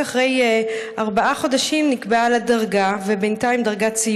רק אחרי ארבעה חודשים נקבעה לה דרגת סיוע,